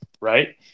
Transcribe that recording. right